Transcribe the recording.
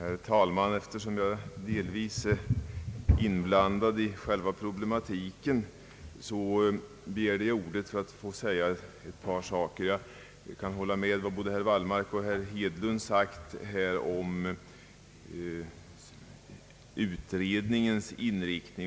Herr talman! Eftersom jag delvis är inblandad i själva problematiken, har jag begärt ordet. Jag kan instämma i både vad herr Wallmark och herr Hedlund anfört om utredningens inriktning.